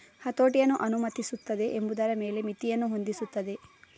ಹತೋಟಿಯನ್ನು ಅನುಮತಿಸುತ್ತದೆ ಎಂಬುದರ ಮೇಲೆ ಮಿತಿಯನ್ನು ಹೊಂದಿಸುತ್ತದೆ